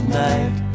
night